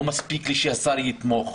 לא מספיק לי שהשר יתמוך.